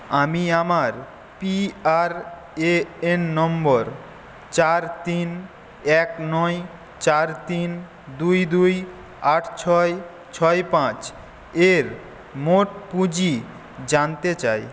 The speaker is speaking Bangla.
আমি আমার পি আর এ এন নম্বর চার তিন এক নয় চার তিন দুই দুই আট ছয় ছয় পাঁচ এর মোট পুঁজি জানতে চাই